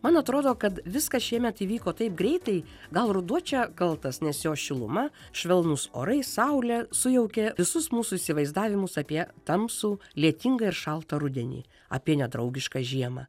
man atrodo kad viskas šiemet įvyko taip greitai gal ruduo čia kaltas nes jo šiluma švelnūs orai saulė sujaukė visus mūsų įsivaizdavimus apie tamsų lietingą ir šaltą rudenį apie nedraugišką žiemą